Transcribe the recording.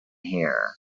here